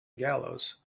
gallows